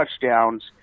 touchdowns